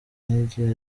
indege